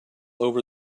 over